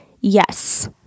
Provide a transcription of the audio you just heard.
yes